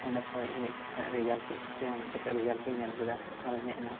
ᱚᱸᱰᱮ ᱠᱷᱚᱱ ᱦᱮᱡ ᱠᱟᱛᱮ ᱨᱮᱡᱟᱞ ᱠᱚᱧ ᱧᱮᱞ ᱠᱟᱛᱮ ᱨᱮᱡᱟᱞ ᱠᱚᱧ ᱧᱮᱞ ᱠᱮᱫᱟ ᱟᱨᱚᱧ ᱦᱮᱡ ᱮᱱᱟ